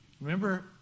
Remember